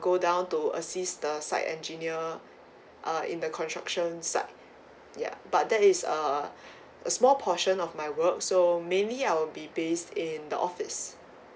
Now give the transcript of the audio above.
go down to assist the site engineer uh in the construction site yeah but that is err small portion of my work so mainly I'll be based in the office